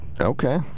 Okay